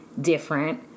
different